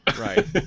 right